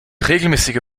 regelmäßige